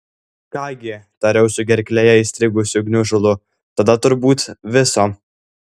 ką gi tariau su gerklėje įstrigusiu gniužulu tada turbūt viso